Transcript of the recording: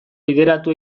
bideratu